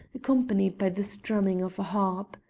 accompanied by the strumming of a harp.